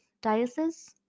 diocese